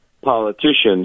politicians